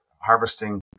harvesting